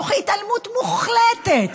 תוך התעלמות מוחלטת,